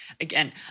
again